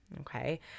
okay